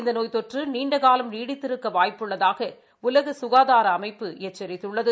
இந்த நோய் தொற்று நீண்ட காலம் நீடித்திருக்க வாய்ப்பு உள்ளதாக உலக சுகாதார அமைப்பு எச்சரித்துள்ளது